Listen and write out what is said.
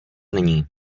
není